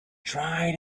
tried